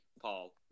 Paul